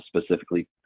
specifically